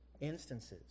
instances